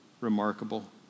remarkable